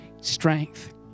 strength